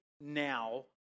now